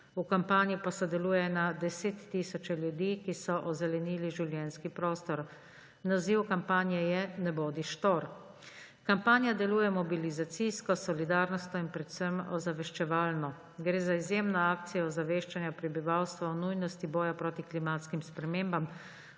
v kampanji pa sodeluje na deset tisoče ljudi, ki so ozelenili življenjski prostor. Naziv kampanje je Ne bodi štor. Kampanja deluje mobilizacijsko, solidarnostno in predvsem ozaveščevalno. Gre za izjemno akcijo ozaveščanja prebivalstva o nujnosti boja proti klimatskim spremembam,